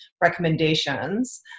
recommendations